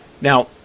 Now